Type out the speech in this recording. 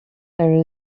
there